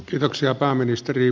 kiitoksia pääministeri